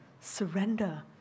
surrender